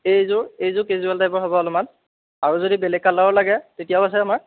এইযোৰ এইযোৰ কেজুৱেল টাইপৰ হ'ব অলপমান আৰু যদি বেলেগ কালাৰো লাগে তেতিয়াও আছে আমাৰ